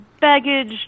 Baggage